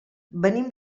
venim